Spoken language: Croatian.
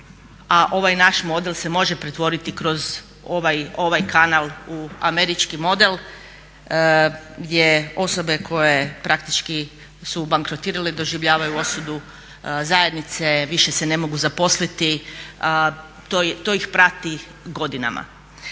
ovaj naš model se može pretvoriti kroz ovaj kanal u američki model gdje osobe koje praktički su bankrotirale doživljavaju osudu zajednice, više se ne mogu zaposliti. To ih prati godinama.